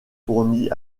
fournis